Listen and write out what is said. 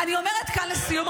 אני אומרת כאן לסיום,